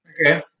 Okay